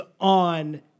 on